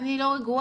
אני לא רגועה,